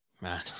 Man